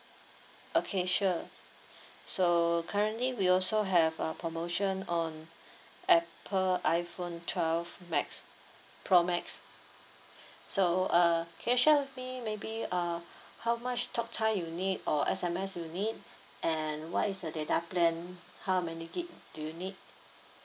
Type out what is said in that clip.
okay sure so currently we also have uh promotion on apple iphone twelve max pro max so uh can you show me maybe uh how much talk time you need or S_M_S you need and what is the data plan how many gig do you need